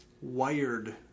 wired